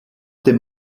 dem